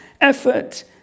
effort